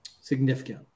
significant